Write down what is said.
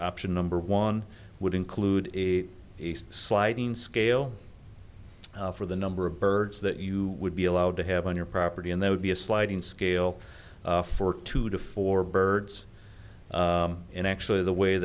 option number one would include a sliding scale for the number of birds that you would be allowed to have on your property and there would be a sliding scale for two to four birds and actually the way